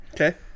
Okay